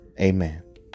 amen